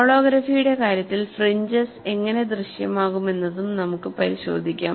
ഹോളോഗ്രാഫിയുടെ കാര്യത്തിൽ ഫ്രിഞ്ചസ് എങ്ങനെ ദൃശ്യമാകുമെന്നതും നമുക്ക് പരിശോധിക്കാം